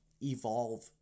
evolve